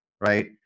right